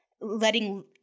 letting